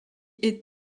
est